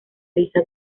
lisa